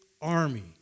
army